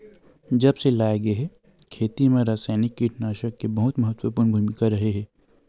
जब से लाए गए हे, खेती मा रासायनिक कीटनाशक के बहुत महत्वपूर्ण भूमिका रहे हे